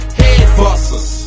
head-busters